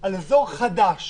על אזור חדש